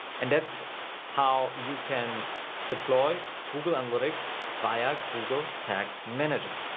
and that's how you can deploy google analytics via google tag manager.